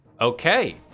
Okay